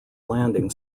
landing